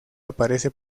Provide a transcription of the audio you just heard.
aparece